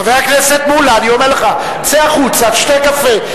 חבר הכנסת מולה, אני אומר לך, צא החוצה, שתה קפה.